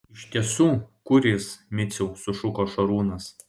iš tiesų kur jis miciau sušuko šarūnas